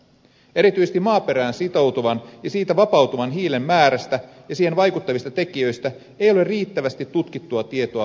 erityisesti maaperään sitoutuvan ja siitä vapautuvan hiilen määrästä ja siihen vaikuttavista tekijöistä ei ole riittävästi tutkittua tietoa päätöksenteon tueksi